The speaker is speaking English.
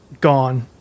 gone